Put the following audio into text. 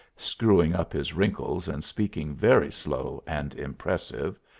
screwing up his wrinkles and speaking very slow and impressive,